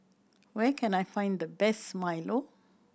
where can I find the best Milo